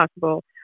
possible